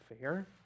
fair